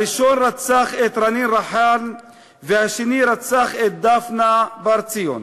הראשון רצח את רנין רחאל והשני רצח את דפנה בר ציון.